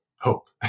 hope